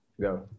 go